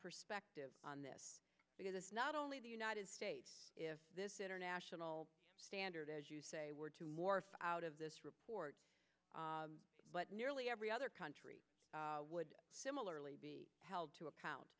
perspective on this because not only the united states if this international standard as you say were to morph out of this report but nearly every other country would similarly be held to account